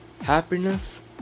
Happiness